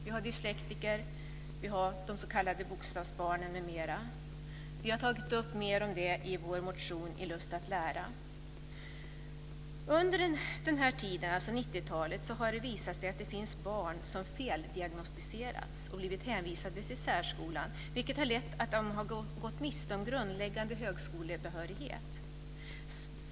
Vi har dyslektiker, vi har de s.k. bokstavsbarnen m.fl. Vi har tagit upp mer om detta i vår motion Lust att lära. Under 90-talet har det visat sig att det finns barn som feldiagnostiserats och blivit hänvisade till särskolan, vilket har lett till att de gått miste om grundläggande högskolebehörighet.